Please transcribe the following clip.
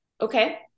Okay